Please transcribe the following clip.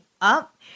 up